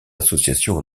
associations